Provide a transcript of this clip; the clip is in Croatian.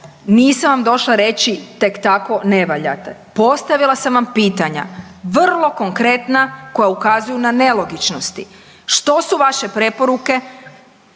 nisam vam došla reći tek tako ne valjate, postavila sam vam pitanja, vrlo konkretna koja ukazuju na nelogičnosti. Što su vaše preporuke,